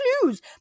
clues